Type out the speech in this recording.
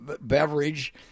beverage